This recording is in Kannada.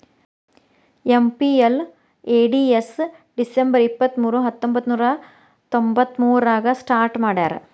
ಎಂ.ಪಿ.ಎಲ್.ಎ.ಡಿ.ಎಸ್ ಡಿಸಂಬರ್ ಇಪ್ಪತ್ಮೂರು ಹತ್ತೊಂಬಂತ್ತನೂರ ತೊಂಬತ್ತಮೂರಾಗ ಸ್ಟಾರ್ಟ್ ಮಾಡ್ಯಾರ